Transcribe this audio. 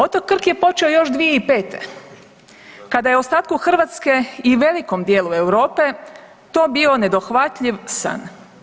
Otok Krk je počeo još 2005. kada je ostatku Hrvatske i velikom dijelu Europe to bio nedohvatljiv san.